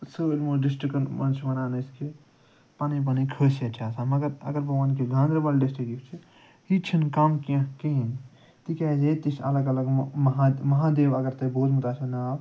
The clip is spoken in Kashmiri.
سٲلِمُو ڈِسٹِرٛکَن منٛز چھِ وَنان أسۍ کہِ پَنٕنۍ پَنٕنۍ خٲصیت چھِ آسان مگر اَگر بہٕ وَنہٕ کہ گاندربَل ڈِسٹِرٛک یُس چھُ یہِ تہِ چھِنہٕ کَم کیٚنٛہہ کِہیٖنۍ تِکیٛازِ ییٚتہِ تہِ چھِ الگ الگ مہادیو اَگر تۄہہِ بوٗزمُت آسوٕ ناو